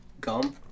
Gum